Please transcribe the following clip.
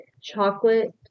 chocolate